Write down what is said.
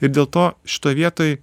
ir dėl to šitoj vietoj